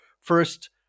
first